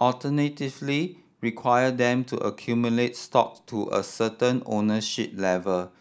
alternatively require them to accumulate stock to a certain ownership level